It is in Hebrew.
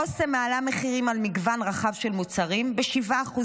אסם מעלה מחירים על מגוון רחב של מוצרים ב-7%